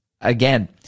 again